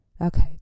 Okay